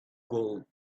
gold